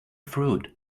fruit